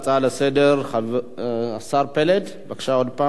אני מבין שאתה היום המשיב התורן.